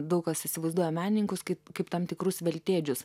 daug kas įsivaizduoja menininkus kaip kaip tam tikrus veltėdžius